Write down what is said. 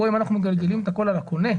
כאן אנחנו מגלגלים את הכול על הקונה.